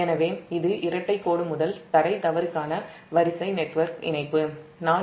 எனவே இது இரட்டை கோடு முதல் க்ரவுன்ட் தவறுக்கான நெட்வொர்க் இணைப்பு வரிசை